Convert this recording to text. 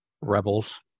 Rebels